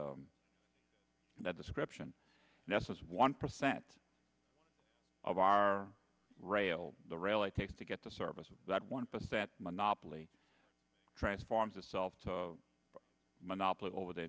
that that description nessus one percent of our rail the rail it takes to get the service of that one percent monopoly transforms itself to monopoly over the